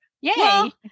Yay